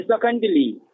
secondly